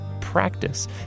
practice